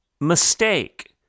mistake